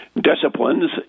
disciplines